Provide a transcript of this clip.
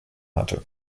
hatte